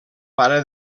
pare